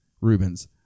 Rubens